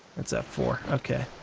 what's that for? okay.